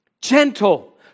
Gentle